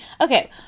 okay